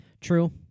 True